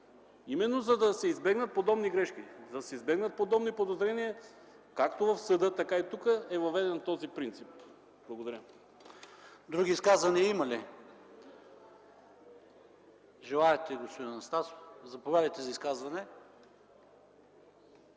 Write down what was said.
Именно за да се избегнат подобни грешки, за да се избегнат подобни подозрения, както в съда, така и тук, е въведен този принцип. Благодаря. ПРЕДСЕДАТЕЛ ПАВЕЛ ШОПОВ: Други изказвания има ли? Господин Анастасов, заповядайте за изказване.